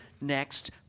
next